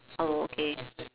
oh okay